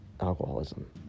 alcoholism